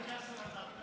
בג'יסר א-זרקא?